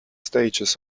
stages